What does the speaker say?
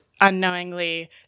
unknowingly